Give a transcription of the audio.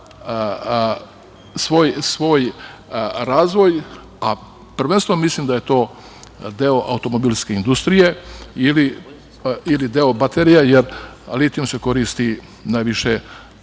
svoj razvoj. Prvenstveno mislim da je to deo automobilske industrije ili deo baterija, jer litijum se koristi najviše